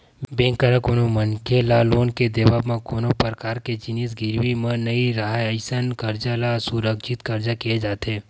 bank करा कोनो मनखे ल लोन के देवब म कोनो परकार के जिनिस गिरवी म नइ राहय अइसन करजा ल असुरक्छित करजा केहे जाथे